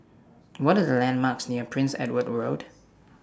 What Are The landmarks near Prince Edward Road